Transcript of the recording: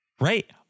Right